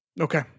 okay